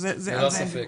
- שלום,